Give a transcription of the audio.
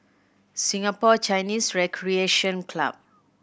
Singapore Chinese Recreation Club